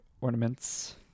ornaments